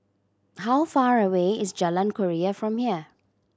how far away is Jalan Keria from here